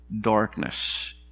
darkness